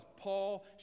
Paul